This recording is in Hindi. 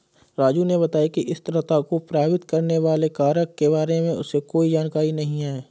राजू ने बताया कि स्थिरता को प्रभावित करने वाले कारक के बारे में उसे कोई जानकारी नहीं है